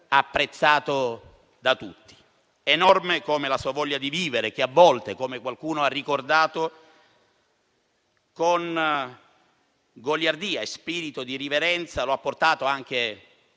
apprezzato da tutti. Enorme come la sua voglia di vivere che a volte, come qualcuno ha ricordato, con goliardia e spirito di irriverenza lo ha portato anche